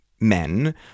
men